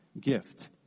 gift